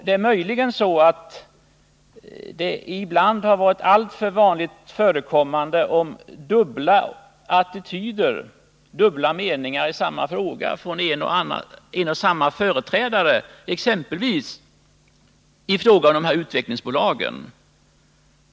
Det har ibland varit alltför vanligt med dubbla attityder — dubbla meningar — i samma fråga hos en och samma företrädare, exempelvis när det gällt utvecklingsbolagen.